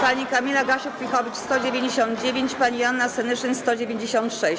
Pani Kamila Gasiuk-Pihowicz - 199. Pani Joanna Senyszyn - 196.